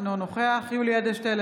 אינו נוכח יולי יואל אדלשטיין,